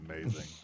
amazing